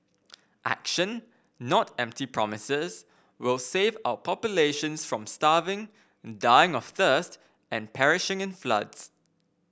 action not empty promises will save our populations from starving dying of thirst and perishing in floods